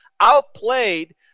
outplayed